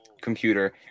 computer